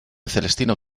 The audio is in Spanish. celestino